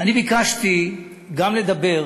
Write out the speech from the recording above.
ביקשתי גם לדבר